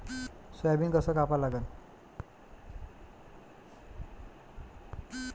Soybean कस कापा लागन?